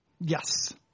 Yes